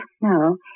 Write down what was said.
No